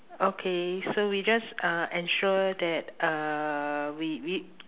okay so we just uh ensure that uh we we